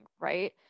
Right